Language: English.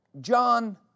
John